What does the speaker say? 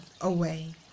away